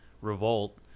revolt